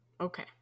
Okay